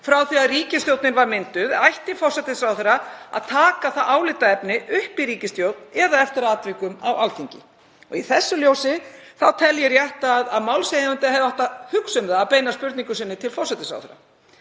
frá því að ríkisstjórnin var mynduð ætti forsætisráðherra að taka það álitaefni upp í ríkisstjórn eða eftir atvikum á Alþingi. Í því ljósi tel ég rétt að málshefjandi hefði átt að hugsa um að beina spurningu sinni til forsætisráðherra.